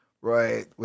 right